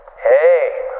Hey